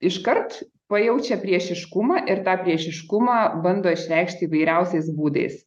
iškart pajaučia priešiškumą ir tą priešiškumą bando išreikšti įvairiausiais būdais